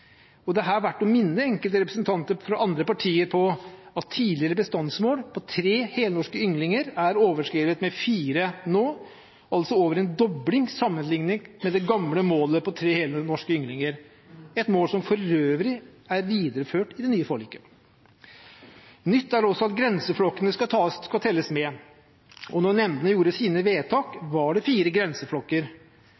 Det er her verdt å minne enkelte representanter fra andre partier om at tidligere bestandsmål på tre helnorske ynglinger nå er overskredet med fire, altså over en dobling sammenlignet med det gamle målet på tre helnorske ynglinger, et mål som for øvrig er videreført i det nye forliket. Nytt er også at grenseflokkene skal telle med, og da nemdene gjorde sine vedtak,